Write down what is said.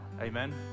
Amen